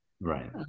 Right